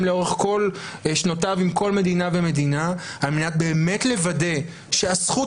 לאורך כל שנותיו עם כל מדינה ומדינה על מנת באמת לוודא שהזכות